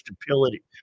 stability